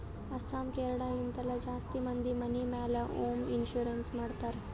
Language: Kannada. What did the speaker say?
ಅಸ್ಸಾಂ, ಕೇರಳ, ಹಿಂತಲ್ಲಿ ಜಾಸ್ತಿ ಮಂದಿ ಮನಿ ಮ್ಯಾಲ ಹೋಂ ಇನ್ಸೂರೆನ್ಸ್ ಮಾಡ್ತಾರ್